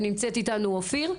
נמצאת איתנו אופיר.